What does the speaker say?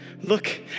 look